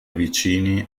vicini